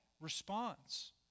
response